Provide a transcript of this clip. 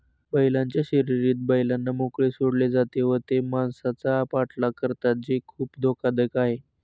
बैलांच्या शर्यतीत बैलांना मोकळे सोडले जाते व ते माणसांचा पाठलाग करतात जे खूप धोकादायक आहे